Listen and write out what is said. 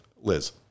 Liz